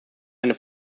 seine